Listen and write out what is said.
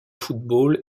football